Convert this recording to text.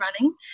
running